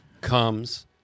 comes